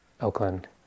Oakland